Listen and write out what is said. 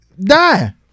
die